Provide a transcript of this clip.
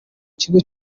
kigo